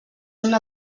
una